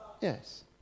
Yes